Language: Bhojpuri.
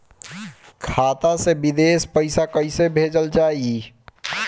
खाता से विदेश पैसा कैसे भेजल जाई?